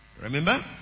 Remember